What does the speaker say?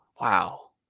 Wow